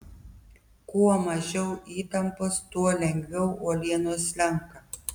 kuo mažiau įtampos tuo lengviau uoliena slenka